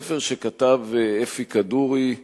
ספר שכתב אפי כדורי,